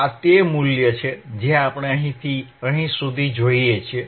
આ તે મુલ્ય છે જે આપણે અહીંથી અહીં સુધી જોઈએ છીએ